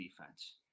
defense